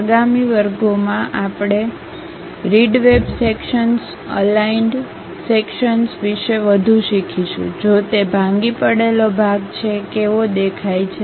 આગામી વર્ગોમાં આપણે read web sections aligned sections વિશે વધુ શીખીશું જો તે ભાંગી પડેલો ભાગ છે કેવો દેખાય છે